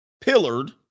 pillared